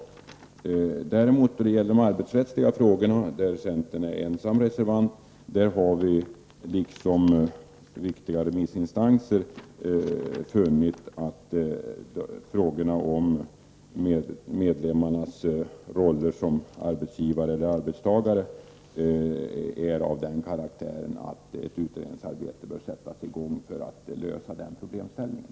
Vad däremot gäller de arbetsrättsliga frågorna, där centern är ensam reservant, har vi liksom viktiga remissinstanser funnit att frågorna om medlemmarnas roller som arbetsgivare eller arbetstagare är av den karaktären att ett utredningsarbete bör sättas i gång för att lösa den problemställningen.